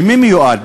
למי הוא מיועד?